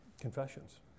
confessions